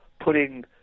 putting